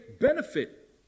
benefit